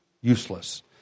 useless